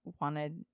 wanted